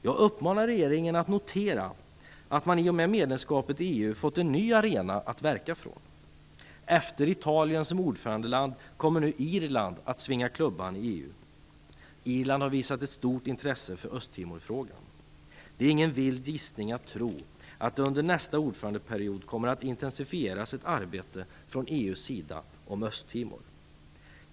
Jag uppmanar regeringen att notera att man i och med medlemskapet i EU fått en ny arena att verka från. Efter Italien som ordförandeland kommer Irland att "svinga klubban" i EU. Irland har visat stort intresse för Östtimorfrågan. Det är ingen vild gissning att tro att EU under nästa ordförandeperiod kommer att intensifiera arbetet med Östtimor.